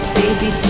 baby